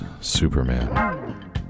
Superman